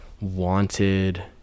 wanted